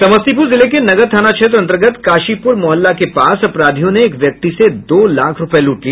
समस्तीपुर जिले के नगर थाना क्षेत्र अन्तर्गत काशीपुर मोहल्ला के पास अपराधियों ने एक व्यक्ति से दो लाख रूपये लूट लिए